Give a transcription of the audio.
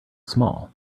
small